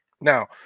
Now